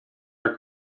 our